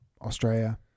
Australia